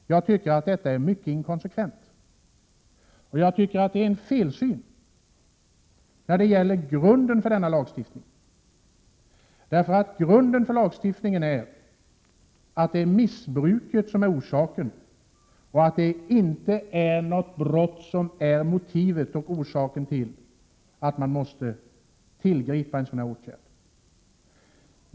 Detta tycker jag är mycket inkonsekvent, och jag tycker att det är en felsyn när det gäller grunden för denna lagstiftning. Grunden för lagstiftningen är att det är missbruket som är orsaken, inte att något brott är motivet till att man måste tillgripa en tvångsåtgärd.